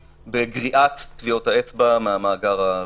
בגריעת טביעות האצבע מהמאגר הביומטרי.